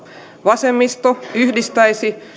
vasemmisto yhdistäisi